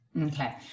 Okay